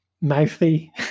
mouthy